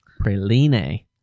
Praline